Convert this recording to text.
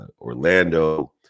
Orlando